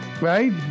Right